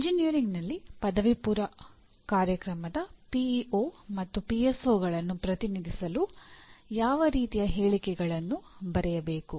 ಎಂಜಿನಿಯರಿಂಗ್ನಲ್ಲಿ ಪದವಿಪೂರ್ವ ಕಾರ್ಯಕ್ರಮದ ಪಿಇಒ ಪ್ರತಿನಿಧಿಸಲು ಯಾವ ರೀತಿಯ ಹೇಳಿಕೆಗಳನ್ನು ಬರೆಯಬೇಕು